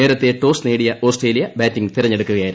നേരത്തെ ടോസ് നേടിയ Australia batting തിരഞ്ഞെടുക്കുകയായിരുന്നു